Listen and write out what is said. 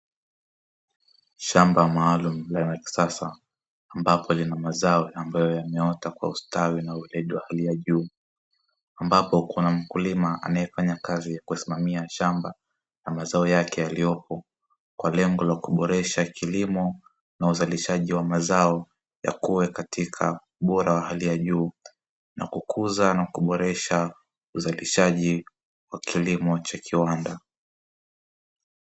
Shamba maalumu na la kisasa ambapo lina mazao ambayo yameota kwa ustawi na weledi wa hali ya juu, ambapo kuna mkulima anayefanya kazi ya kusimamia shamba na mazao yake yaliyopo kwa lengo la kuboresha kilimo na uzalishaji wa mazao; yakue katika ubora wa hali ya juu na kukuza na kuboresha uzalishaji wa kilimo cha kiwanda.